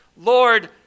Lord